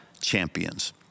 champions